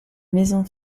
maison